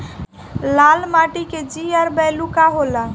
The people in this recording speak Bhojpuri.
लाल माटी के जीआर बैलू का होला?